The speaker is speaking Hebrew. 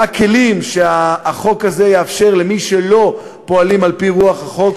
מה הכלים שהחוק הזה יאפשר למי שלא פועלים על-פי רוח החוק,